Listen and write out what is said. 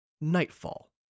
Nightfall